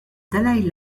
dalaï